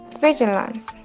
vigilance